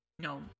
No